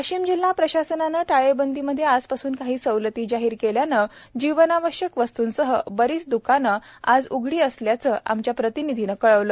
वाशिम जिल्हा प्रशासनानं टाळेबंदी मध्ये आज पासून काही सवलती जाहीर केल्यानं जीवनावश्यक वस्तूंसह बरीच दुकान आज उघडली असल्याचं दिसून आलं